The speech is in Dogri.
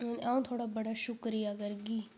अ'ऊं थुआढ़ा बड़ा शुक्रिया करगी